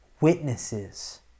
witnesses